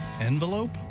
Envelope